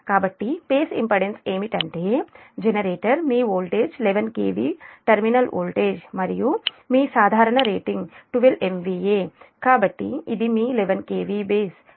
కాబట్టి base impedance ఏమిటంటే generator మీ వోల్టేజ్ 11 kV టెర్మినల్ వోల్టేజ్ మరియు మీ సాధారణ రేటింగ్ 12 MVA